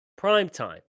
primetime